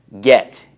Get